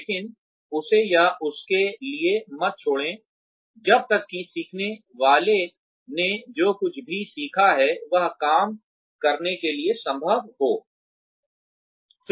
लेकिन उसे या उसके लिए मत छोड़ो जब तक कि सीखने वाले ने जो कुछ भी सीखा है वह काम करने के लिए संभव हो